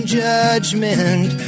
judgment